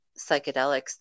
psychedelics